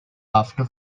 after